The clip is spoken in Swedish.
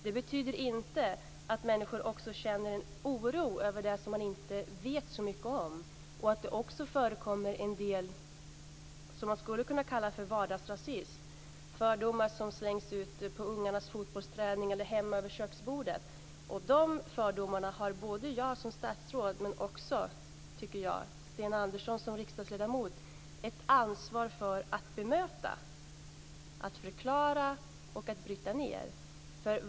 Det betyder inte att människor inte känner en oro över det som man inte vet så mycket om. Det förekommer också en del som man skulle kunna kalla vardagsrasism. Det är fördomar som slängs ut på ungarnas fotbollsträning eller hemma över köksbordet. De fördomarna har både jag som statsråd och också, tycker jag, Sten Andersson som riksdagsledamot ett ansvar för att bemöta, förklara och bryta ned.